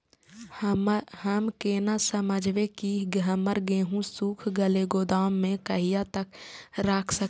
हम केना समझबे की हमर गेहूं सुख गले गोदाम में कहिया तक रख सके छिये?